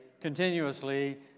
continuously